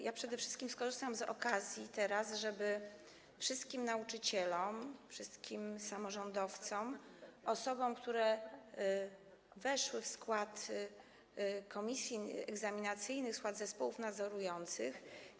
Ja przede wszystkim skorzystam teraz z okazji, żeby wszystkim nauczycielom, wszystkim samorządowcom, osobom, które weszły w skład komisji egzaminacyjnych, w skład zespołów nadzorujących.